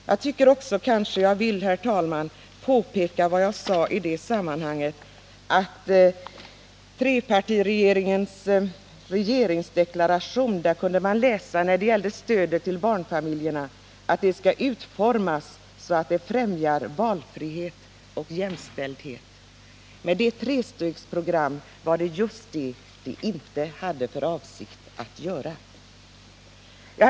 Jag vill påpeka vad jag sade i det sammanhanget, att i trepartiregeringens regeringsdeklaration kunde man när det gällde stödet till barnfamiljerna utläsa att stödet skulle utformas så att det främjade valfrihet och jämställdhet. Men det aviserade trestegsprogrammet hade inte för avsikt att åstadkomma detta!